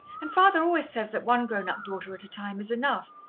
and father always says that one grown-up daughter at a time is enough,